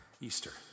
Easter